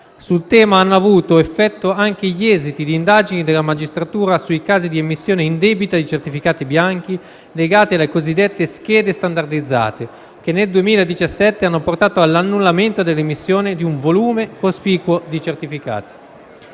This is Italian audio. Sul tema hanno avuto effetto anche gli esiti di indagini della magistratura su casi di emissione indebita di certificati bianchi legati alle cosiddette schede standardizzate, che nel 2017 hanno portato all'annullamento dell'emissione di un volume cospicuo di certificati.